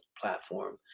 platform